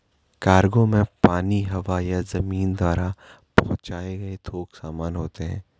cargo में पानी, हवा या जमीन द्वारा पहुंचाए गए थोक सामान होते हैं